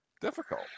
difficult